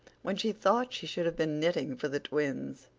when she thought she should have been knitting for the twins.